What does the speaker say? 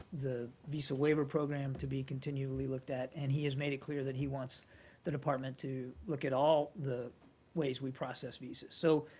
the visa waiver program to be continually looked at, and he has made it clear that he wants the department to look at all the ways we process visas. so